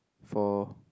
four